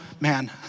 man